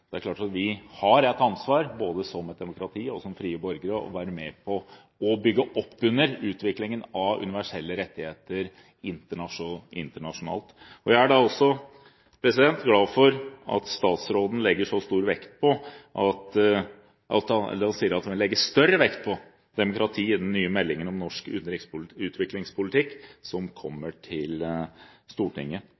Det skulle også bare mangle. Det er klart at vi både som et demokrati og som frie borgere har et ansvar for å være med på å bygge opp under utviklingen av universelle rettigheter internasjonalt. Jeg er også glad for at statsråden sier at han legger større vekt på demokrati i den nye meldingen om norsk utviklingspolitikk som